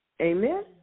Amen